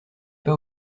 pas